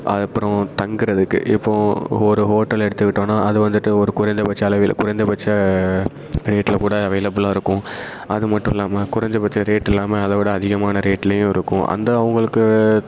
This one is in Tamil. அது அப்புறம் தங்கறதுக்கு இப்போ ஒரு ஹோட்டல் எடுத்துக்கிட்டோன்னா அது வந்துவிட்டு ஒரு குறைந்தபட்ச அளவில் குறைந்தபட்ச ரேட்டில் கூட அவைலபிளாக இருக்கும் அது மட்டும் இல்லாமல் குறைஞ்சபட்ச ரேட் இல்லாமல் அதை விட அதிகமான ரேட்லையும் இருக்கும் அந்த அவங்களுக்கு